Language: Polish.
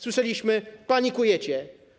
Słyszeliśmy - panikujecie.